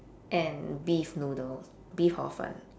and beef noodles beef hor fun